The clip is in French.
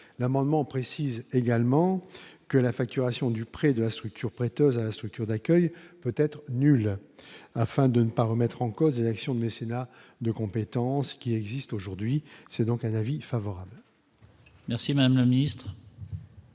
l'amendement précise également que la facturation du prêt de la structure prêteuse la structure d'accueil peut-être nul, afin de ne pas remettre en cause l'action de mécénat de compétences qui existe aujourd'hui, c'est donc un avis favorable. Merci mon ami.